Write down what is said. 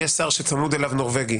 יהיה שר שצמוד אליו נורבגי